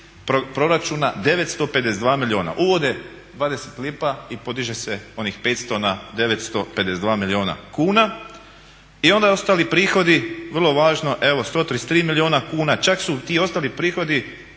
proračuna 952 milijuna, uvode 20 lipa i podiže se onih 500 na 952 milijuna kuna i onda ostali prihodi vrlo važno 133 milijuna kuna. čak su ti ostali prihodi